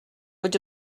would